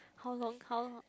how long how long